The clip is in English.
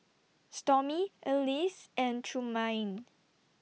Stormy Alease and Trumaine